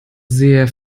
sehr